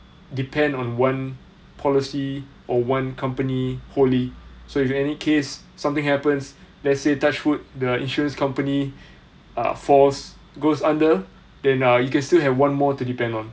depend on one policy or one company wholly so if any case something happens let's say touch wood the insurance company uh forced goes under then uh you can still have one more to depend on